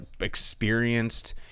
experienced